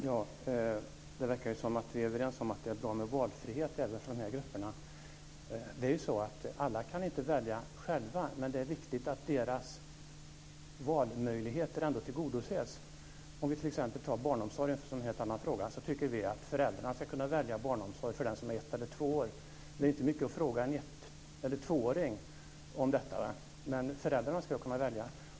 Fru talman! Det verkar som om vi är överens om att det är bra med valfrihet även för de här grupperna. Alla kan ju inte välja själva, men det är viktigt att deras valmöjligheter ändå tillgodoses. För att t.ex. ta barnomsorgen, som är en helt annan fråga, tycker vi att föräldrarna ska kunna välja barnomsorg för den som är ett eller två år. Man kan ju inte fråga en etteller tvååring om detta, men föräldrarna ska kunna välja.